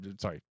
sorry